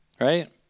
Right